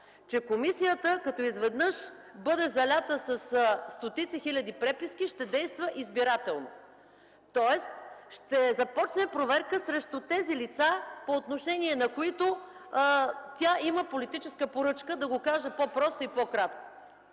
че комисията като изведнъж бъде залята със стотици хиляди преписки, ще действа избирателно. Тоест ще започне проверка срещу тези лица, по отношение на които тя има политическа поръчка – да го кажа по-просто и по-кратко.